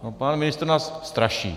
No, pan ministr nás straší.